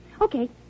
Okay